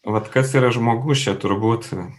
vat kas yra žmogus čia turbūt